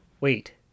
wait